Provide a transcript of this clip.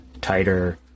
tighter